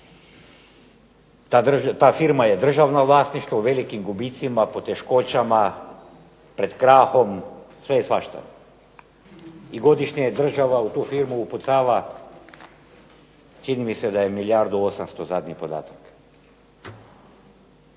Ta firma je državno vlasništvo, u velikim gubicima, poteškoćama, pred krahom, sve i svašta. I godišnje je država u tu firmu upucava čini mi se da je milijardu 800 zadnji podatak.